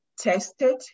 tested